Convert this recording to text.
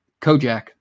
Kojak